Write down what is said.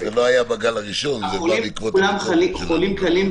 הם לא חולים בינוניים כולם קלים.